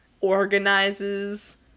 organizes